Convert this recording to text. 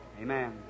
Amen